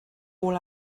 all